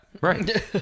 right